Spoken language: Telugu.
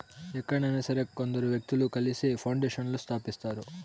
ఎక్కడైనా సరే కొందరు వ్యక్తులు కలిసి పౌండేషన్లను స్థాపిస్తారు